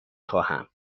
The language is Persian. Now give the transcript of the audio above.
خواهم